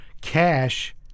cash